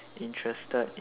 interested in